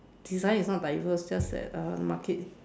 design is not diverse is just that uh market